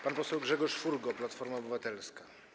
Pan poseł Grzegorz Furgo, Platforma Obywatelska.